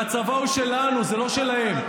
והצבא הוא שלנו, זה לא שלהם.